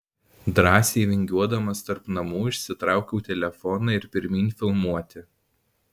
drąsiai vingiuodamas tarp namų išsitraukiau telefoną ir pirmyn filmuoti